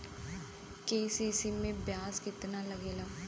KCC में ब्याज कितना लागेला?